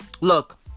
Look